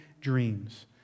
dreams